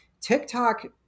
TikTok